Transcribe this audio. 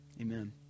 amen